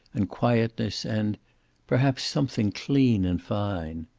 and quietness and perhaps something clean and fine.